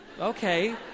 Okay